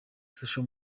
social